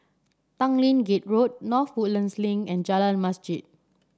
Tanglin Gate Road North Woodlands Link and Jalan Masjid